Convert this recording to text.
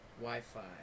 Wi-Fi